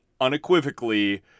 unequivocally